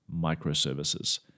microservices